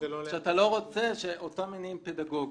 שאתה לא רוצה את אותם אותם מניעים פדגוגיים.